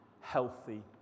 healthy